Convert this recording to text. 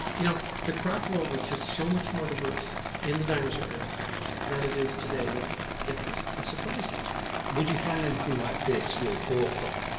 you know the croc world was just so much more diverse in the dinosaur era than it is today, that it's it's a surprise to most people. would you find anything like this, your boar croc,